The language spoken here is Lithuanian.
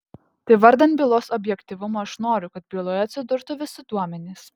tai vardan bylos objektyvumo aš noriu kad byloje atsidurtų visi duomenys